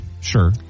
Sure